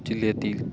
जिल्ह्यातील